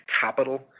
capital